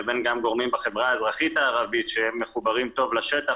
לבין גם גורמים בחברה האזרחית הערבית שהם מחוברים טוב לשטח,